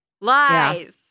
lies